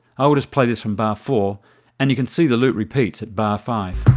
i'll just play this from bar four and you can see the loop repeats at bar five.